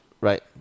Right